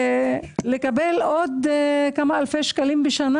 לקבל עוד כמה אלפי שקלים בשנה.